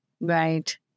Right